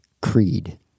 Creed